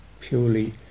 purely